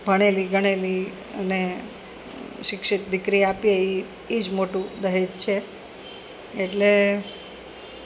ભણેલી ગણેલી અને શિક્ષિત દીકરી આપીએ એ એ જ મોટું દહેજ છે એટલે